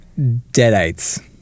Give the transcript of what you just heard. Deadites